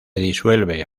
disuelve